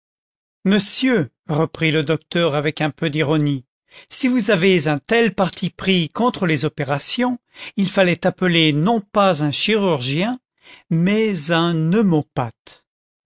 monsieur reprit le docteur avec un peu d'ironie si vous avez un tel parti pris contre les opérations il fallait appeler non pas un chirurgien mais un